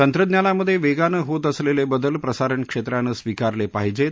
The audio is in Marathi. तंत्रज्ञानामधे वेगानं होत असलेले बदल प्रसारण क्षेत्रानं स्विकारले पाहिजेत